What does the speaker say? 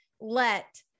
let